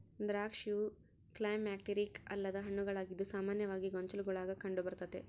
ದ್ರಾಕ್ಷಿಯು ಕ್ಲೈಮ್ಯಾಕ್ಟೀರಿಕ್ ಅಲ್ಲದ ಹಣ್ಣುಗಳಾಗಿದ್ದು ಸಾಮಾನ್ಯವಾಗಿ ಗೊಂಚಲುಗುಳಾಗ ಕಂಡುಬರ್ತತೆ